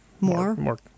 more